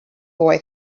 boy